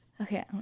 Okay